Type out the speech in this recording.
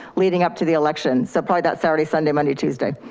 leading up to the election. so probably that saturday, sunday, monday, tuesday.